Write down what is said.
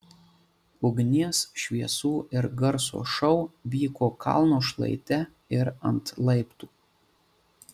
ugnies šviesų ir garso šou vyko kalno šlaite ir ant laiptų